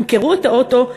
ימכרו את האוטו,